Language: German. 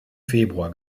februar